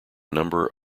number